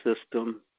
system